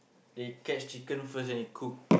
they catch chicken first then they cook